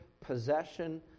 possession